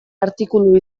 artikulu